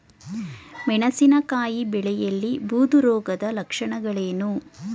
ಮೆಣಸಿನಕಾಯಿ ಬೆಳೆಯಲ್ಲಿ ಬೂದು ರೋಗದ ಲಕ್ಷಣಗಳೇನು?